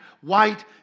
white